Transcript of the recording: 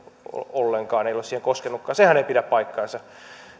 ollenkaan ei ole siihen koskenutkaan sehän ei pidä paikkaansa